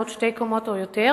או עוד שתי קומות או יותר,